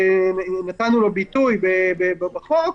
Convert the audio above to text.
שנתנו לו ביטוי בחוק.